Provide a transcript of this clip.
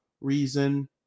reason